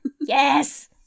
Yes